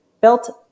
built